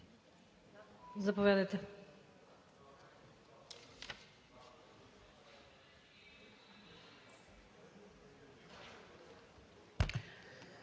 Заповядайте.